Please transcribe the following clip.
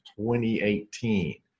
2018